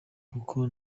kuko